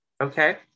Okay